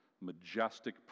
majestic